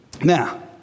Now